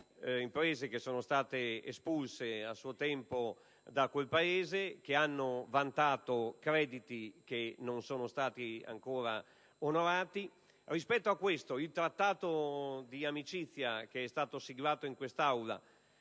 imprese che sono state espulse a suo tempo da quel Paese e che hanno vantato crediti che non sono ancora stati onorati. Il Trattato di amicizia che è stato ratificato in quest'Aula